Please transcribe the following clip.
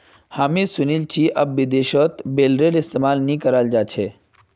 हामी सुनील छि विदेशत अब बेलरेर इस्तमाल नइ कराल जा छेक